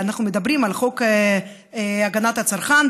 אנחנו מדברים על חוק הגנת הצרכן,